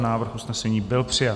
Návrh usnesení byl přijat.